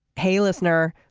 hey listener.